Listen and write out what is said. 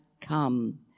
come